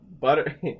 Butter